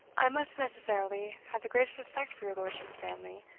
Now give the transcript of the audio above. i must necessarily have the greatest respect for your lordship's family,